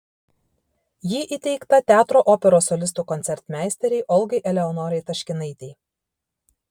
ji įteikta teatro operos solistų koncertmeisterei olgai eleonorai taškinaitei